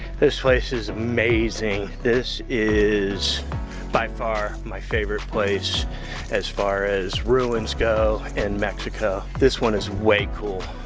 this place is amazing. this is by far my favorite place as far as ruins go in mexico. this one is way cool!